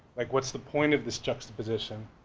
like what's the point of this juxtaposition?